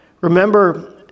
Remember